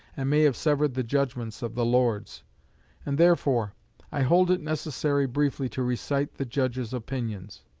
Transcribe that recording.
and may have severed the judgments of the lords and therefore i hold it necessary briefly to recite the judges' opinions